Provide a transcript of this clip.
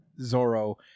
Zoro